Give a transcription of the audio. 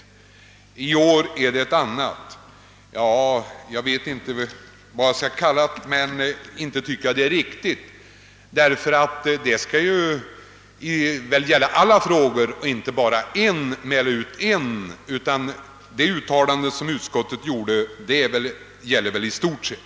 Nu säger han något annat. Jag vet inte vad jag skall kalla ett sådant förfarande, men inte är det riktigt. Det uttalande som utskottet då gjorde skall väl gälla alla frågor; man skall väl inte bara mäla ut en. Uttalandet skall väl gälla generellt.